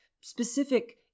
specific